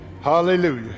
Hallelujah